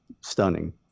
stunning